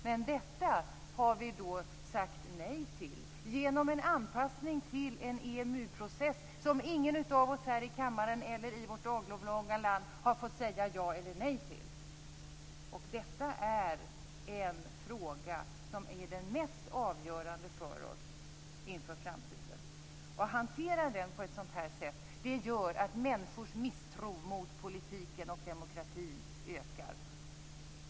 Men detta har vi sagt nej till, genom en anpassning till en EMU-process som ingen av oss här i kammaren eller i vårt avlånga land har fått säga ja eller nej till. Detta är den fråga som är den mest avgörande för oss inför framtiden. Att hantera den på ett sådant här sätt gör att människors misstro mot politiken och demokratin ökar.